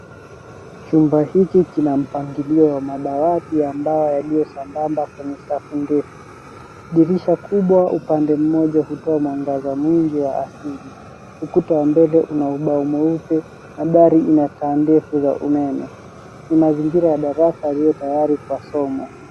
Chumba hiki kina mpangilio wa madawati ya mbao yaliyo sambamba kwenye safu ndefu. Dirisha kubwa upande mmoja hutoa mwangaza mwingi wa asili. Ukuta wa mbele una ubao mweupe na dari ina taa ndefu za umeme. Ni mazingira ya darasa yaliyo tayari kwa somo.